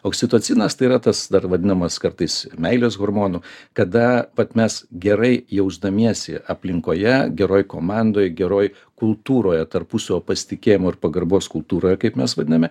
oksitocinas tai yra tas dar vadinamas kartais meilės hormonu kada vat mes gerai jausdamiesi aplinkoje geroj komandoj geroj kultūroje tarpusavio pasitikėjimo ir pagarbos kultūroje kaip mes vadiname